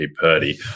Purdy